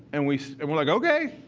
and we're and we're like, ok.